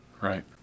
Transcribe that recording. Right